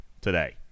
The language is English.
today